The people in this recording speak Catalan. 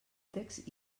text